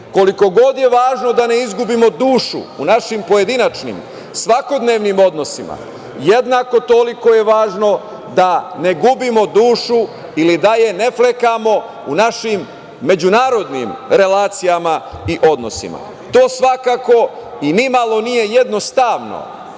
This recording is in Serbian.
Koliko god je važno da ne izgubimo dušu u našim pojedinačnim, svakodnevnim odnosima, jednako toliko važno da ne gubimo dušu ili da je ne flekamo našim međunarodnim relacijama i odnosima. To svakako i ni malo nije jednostavno